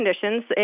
conditions